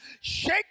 Shake